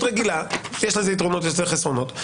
יש לזה יתרונות ויש לזה חסרונות.